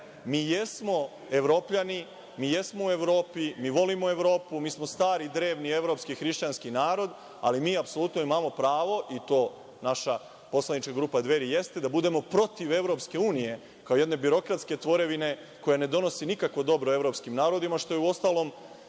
Mi jesmo Evropljani, mi jesmo u Evropi, mi volimo Evropu, mi smo stari drevni evropski hrišćanski narod, ali mi apsolutno imamo pravo i to naša poslanička grupa Dveri jeste da budemo protiv EU kao jedne birokratske tvorevine koja ne donosi nikakvo dobro evropskim narodima, što je uostalom